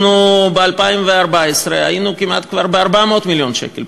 אנחנו ב-2014 היינו כבר כמעט ב-400 מיליון שקל,